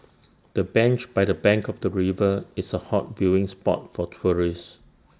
the bench by the bank of the river is A hot viewing spot for tourists